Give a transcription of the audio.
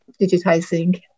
digitizing